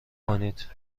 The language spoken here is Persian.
کنید